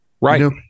Right